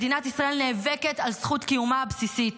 מדינת ישראל נאבקת על זכות קיומה הבסיסית.